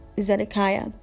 Zedekiah